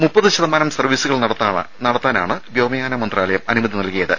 മുപ്പതു ശതമാനം സർവ്വീസുകൾ നടത്താനാണ് വ്യോമയാന മന്ത്രാലയം അനുമതി നൽകിയത്